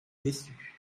déçus